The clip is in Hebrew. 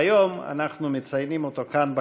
והיום אנחנו מציינים אותו כאן בכנסת.